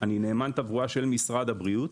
אני נאמן תברואה של משרד הבריאות